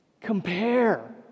compare